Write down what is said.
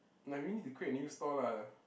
now we need to create a new store lah